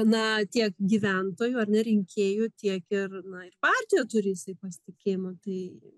na tiek gyventojų ar ne rinkėjų tiek ir na ir partijoj turi jisai pasitikėjimą tai